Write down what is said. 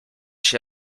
się